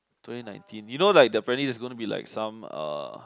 twenty nineteen you know like apparently there's going to be like some uh